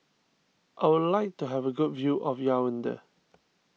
I would like to have a good view of Yaounde